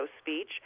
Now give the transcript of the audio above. speech